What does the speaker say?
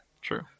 true